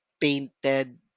painted